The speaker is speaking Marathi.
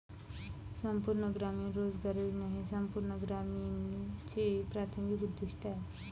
संपूर्ण ग्रामीण रोजगार योजना हे संपूर्ण ग्रामीणचे प्राथमिक उद्दीष्ट आहे